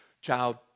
child